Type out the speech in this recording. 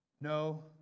No